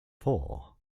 four